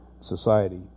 society